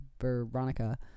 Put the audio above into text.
Veronica